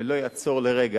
ולא אעצור לרגע,